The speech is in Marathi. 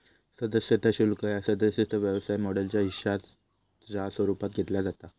सदस्यता शुल्क ह्या सदस्यता व्यवसाय मॉडेलच्या हिश्शाच्या स्वरूपात घेतला जाता